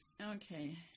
Okay